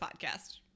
podcast